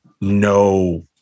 no